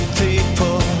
people